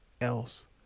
else